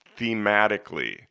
thematically